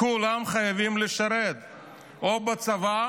כולם חייבים לשרת או בצבא